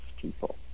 people